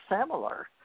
similar